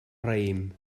raïm